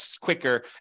quicker